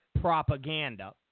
propaganda